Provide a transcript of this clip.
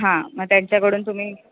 हां मग त्यांच्याकडून तुम्ही